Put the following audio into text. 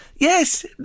Yes